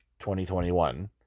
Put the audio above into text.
2021